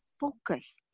focus